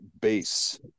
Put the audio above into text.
base